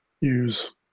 use